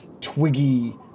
twiggy